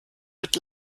wird